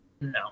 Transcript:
no